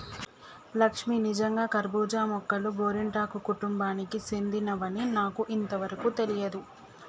లక్ష్మీ నిజంగా కర్బూజా మొక్కలు గోరింటాకు కుటుంబానికి సెందినవని నాకు ఇంతవరకు తెలియదు